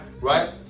Right